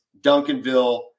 Duncanville –